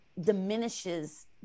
diminishes